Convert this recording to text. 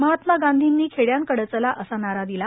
महात्मा गांधींनी खेड्यांकडे चला असा नारा दिला